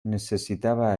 necessitava